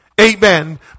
Amen